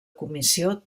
comissió